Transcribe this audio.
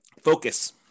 Focus